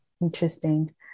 Interesting